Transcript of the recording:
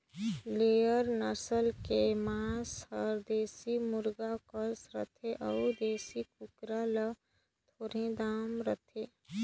layer नसल के मांस हर देसी मुरगा कस रथे अउ देसी कुकरा ले थोरहें दाम रहथे